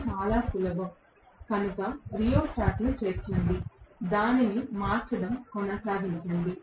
ఇది చాలా సులభం కనుక రియోస్టాట్ను చేర్చండి దానిని మార్చడం కొనసాగించండి